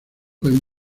pueden